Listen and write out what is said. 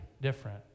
different